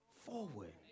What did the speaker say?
forward